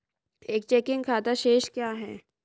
एक चेकिंग खाता शेष क्या है?